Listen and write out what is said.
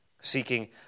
seeking